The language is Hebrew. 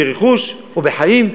ברכוש או בחיים,